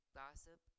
gossip